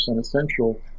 essential